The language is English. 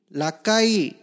lakai